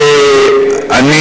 ואני